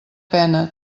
pena